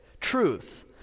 truth